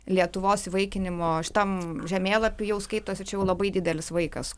lietuvos įvaikinimo šitam žemėlapy jau skaitosi čia jau labai didelis vaikas